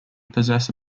possess